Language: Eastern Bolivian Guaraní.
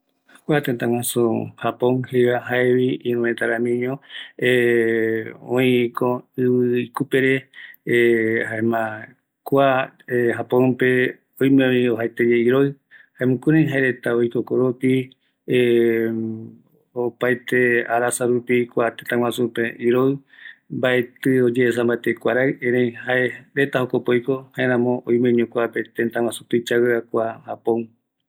Kua tëtä guasu tuisagueva japon, jaeko iroɨ renda, oiko ɨvɨ ikupere, mbaetɨ ndaye yaesa mbate iroɨ kuape, jaeramo iroɨ aveiño jokoape